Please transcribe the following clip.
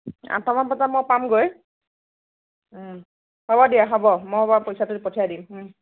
আঠটামান বজাত মই পামগৈ হ'ব দিয়া হ'ব মই বাৰু পইচাটো পঠিয়াই দিম